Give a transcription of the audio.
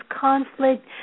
conflict